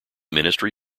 ministry